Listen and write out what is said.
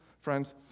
friends